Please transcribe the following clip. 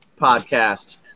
podcast